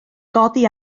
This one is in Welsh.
godi